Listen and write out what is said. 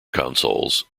consoles